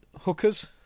hookers